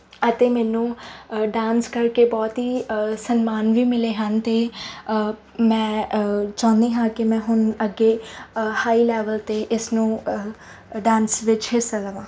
ਅਤੇ ਮੈਨੂੰ ਡਾਂਸ ਕਰਕੇ ਬਹੁਤ ਹੀ ਸਨਮਾਨ ਵੀ ਮਿਲੇ ਹਨ ਅਤੇ ਮੈਂ ਚਾਹੁੰਦੀ ਹਾਂ ਕਿ ਮੈਂ ਹੁਣ ਅੱਗੇ ਹਾਈ ਲੈਵਲ 'ਤੇ ਇਸਨੂੰ ਡਾਂਸ ਵਿੱਚ ਹਿੱਸਾ ਲਵਾਂ